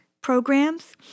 programs